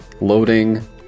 Loading